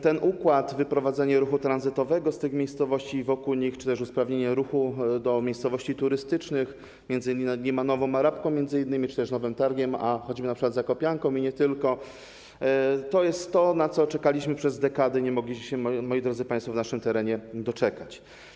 Ten układ, wyprowadzenie ruchu tranzytowego z tych miejscowości i wokół nich czy też usprawnienie ruchu do miejscowości turystycznych między Limanową a Rabką czy też Nowym Targiem a choćby zakopianką i nie tylko, to jest to, na co czekaliśmy przez dekady, nie mogliśmy się, moi drodzy państwo, w naszym terenie doczekać.